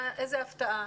איזה הפתעה.